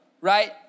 right